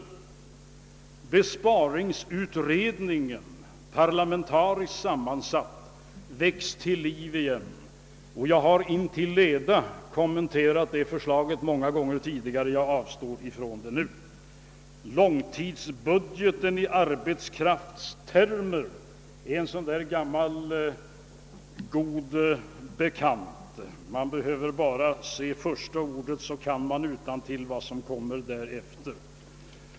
Besparingsutredningen, parlamentariskt sammansatt, väcks till liv igen, men eftersom jag har intill leda kommenterat detta förslag många gånger tidigare avstår jag därför nu. Långtidsbudgeten i arbetskraftstermer är också en sådan där gammal god bekant. Man behöver bara se första ordet, så kan man utantill vad som kommer därefter.